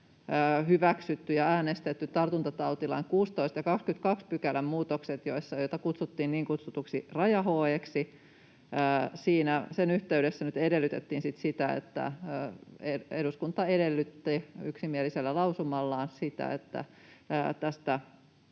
hyväksyttiin ja äänestettiin tartuntatautilain 16 ja 22 §:ien muutokset, esitystä kutsuttiin niin kutsutuksi raja-HE:ksi, ja sen yhteydessä eduskunta edellytti yksimielisellä lausumallaan, että